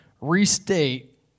restate